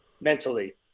mentally